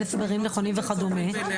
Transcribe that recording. אין הסברים נכונים וכדומה --- זה לא